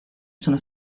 sono